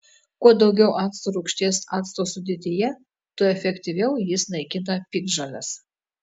kuo daugiau acto rūgšties acto sudėtyje tuo efektyviau jis naikina piktžoles